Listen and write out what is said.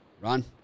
Ron